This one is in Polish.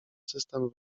system